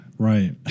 Right